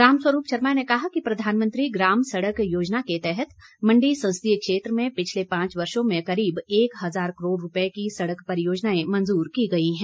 रामस्वरूप शर्मा ने कहा कि प्रधानमंत्री ग्राम सड़क योजना के तहत मण्डी संसदीय क्षेत्र में पिछले पांच वर्षों में करीब एक हज़ार करोड़ रूपए की सड़क परियोजनाएं मंजूर की गई हैं